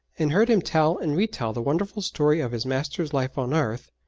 and heard him tell and retell the wonderful story of his master's life on earth,